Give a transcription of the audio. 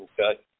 Okay